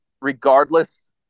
regardless